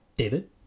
David